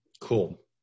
Cool